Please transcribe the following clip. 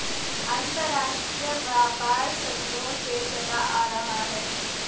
अंतरराष्ट्रीय व्यापार सदियों से चला आ रहा है